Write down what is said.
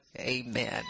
Amen